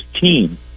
team